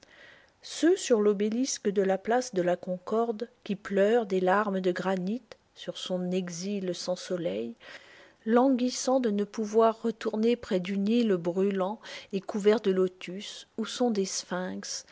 ceux sur l'obélisque de la place de la concorde qui pleure des larmes de granit sur son exil sans soleil languissant de ne pouvoir retourner près du nil brûlant et couvert de lotus où sont des